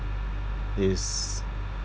is